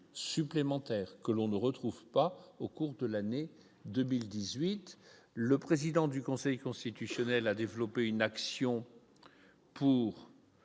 supplémentaire que l'on ne retrouve pas au cours de l'année 2018. Le président du Conseil constitutionnel a développé une action pour.